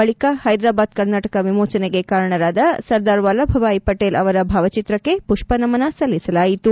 ಬಳಿಕ ಪ್ರದರಾಬಾದ್ ಕರ್ನಾಟಕ ವಿಮೋಚನೆಗೆ ಕಾರಣರಾದ ಸರ್ದಾರ್ ವಲ್ಲಭಬಾಯಿ ಪಟೇಲ್ ಅವರ ಭಾವಚಿತ್ರಕ್ಷೆ ಮಷ್ನಮನ ಸಲ್ಲಿಸಲಾಯಿತು